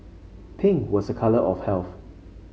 pink was a colour of health